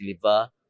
deliver